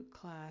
class